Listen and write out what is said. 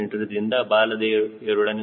c ದಿಂದ ಬಾಲದ a